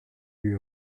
lui